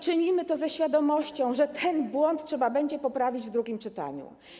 Czynimy to ze świadomością, że ten błąd trzeba będzie poprawić w drugim czytaniu.